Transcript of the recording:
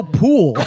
pool